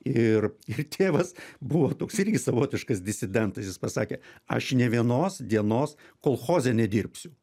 ir ir tėvas buvo toks irgi savotiškas disidentas jis pasakė aš ne vienos dienos kolchoze nedirbsiu